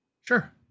Sure